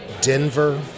Denver